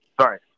Sorry